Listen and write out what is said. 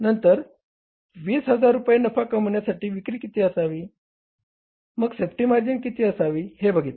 नंतर 20000 रुपये नफा कमविण्यासाठी विक्री किती असावी मग सेफ्टी मार्जिन किती असावी हे बघितले